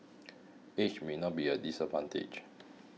age may not be a disadvantage